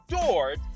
adored